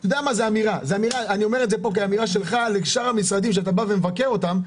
זו אמירה לשאר המשרדים שאתה בא ומבקר אותם.